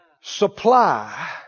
supply